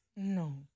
No